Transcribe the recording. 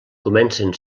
comencen